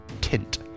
tint